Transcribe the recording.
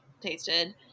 tasted